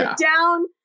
down